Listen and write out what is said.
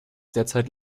derzeit